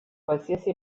qualsiasi